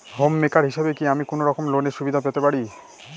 Home maker হিসেবে কি আমি কোনো রকম লোনের সুবিধা পেতে পারি?